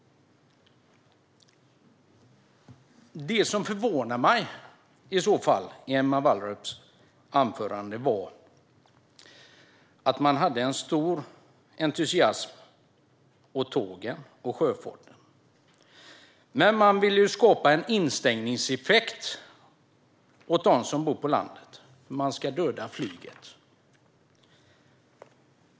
Det som förvånade mig i Emma Wallrups anförande var den stora entusiasmen för sjöfarten och tågen, men Vänsterpartiet vill ju skapa en instängningseffekt för dem som bor på landet genom att döda flyget.